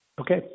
Okay